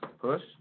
push